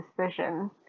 decision